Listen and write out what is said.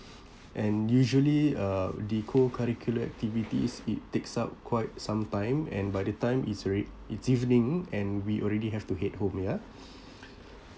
and usually uh the co-curricular activities it takes up quite some time and by the time is alrea~ it's evening and we already have to head home ya